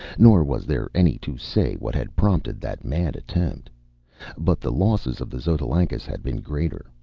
nor was there any to say what had prompted that mad attempt but the losses of the xotalancas had been greater,